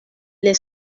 les